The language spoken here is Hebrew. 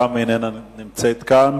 וגם היא איננה נמצאת כאן.